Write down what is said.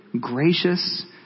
gracious